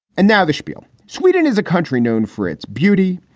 and now the spiel, sweden is a country known for its beauty.